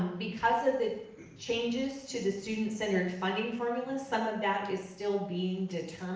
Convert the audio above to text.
because of the changes to the student centered funding formula, some of that is still being